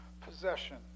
possession